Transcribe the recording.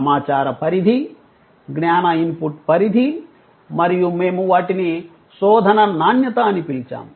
సమాచార పరిధి జ్ఞాన ఇన్పుట్ పరిధి మరియు మేము వాటిని శోధన నాణ్యత అని పిలిచాము